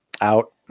out